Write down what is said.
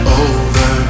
over